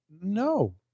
no